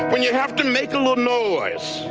when you have to make a little noise,